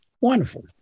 Wonderful